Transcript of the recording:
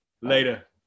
Later